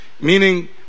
meaning